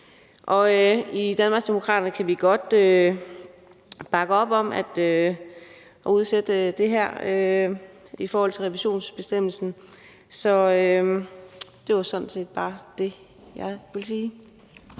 I Danmarksdemokraterne kan vi godt bakke op om at udsætte det her i forhold til revisionsbestemmelsen. Og det var sådan set bare det, jeg ville sige.